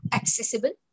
accessible